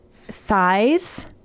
thighs